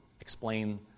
explain